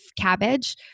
cabbage